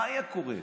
מה היה קורה?